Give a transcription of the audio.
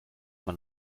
man